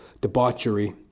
debauchery